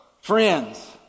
friends